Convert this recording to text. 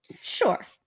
Sure